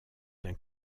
d’un